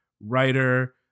writer